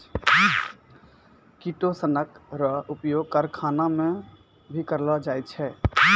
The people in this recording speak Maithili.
किटोसनक रो उपयोग करखाना मे भी करलो जाय छै